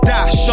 Dash